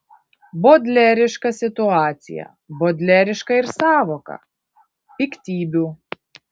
bodleriška situacija bodleriška ir sąvoka piktybių